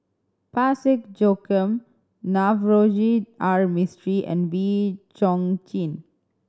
Parsick Joaquim Navroji R Mistri and Wee Chong Jin